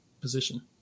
position